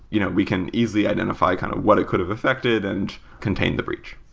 you know we can easily identify kind of what it could have affected and contain the breach